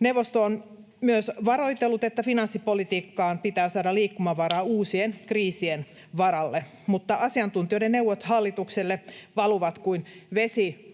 Neuvosto on myös varoitellut, että finanssipolitiikkaan pitää saada liikkumavaraa uusien kriisien varalle. Mutta asiantuntijoiden neuvot hallitukselle valuvat kuin vesi